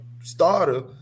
starter